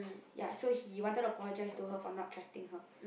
ya so he wanted to apologize to her for not trusting her